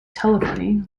telephony